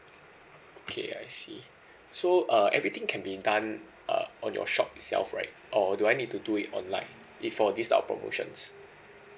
okay I see so uh everything can be done uh on your shop itself right or do I need to do it online if for this type of promotions